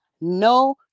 No